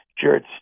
Jared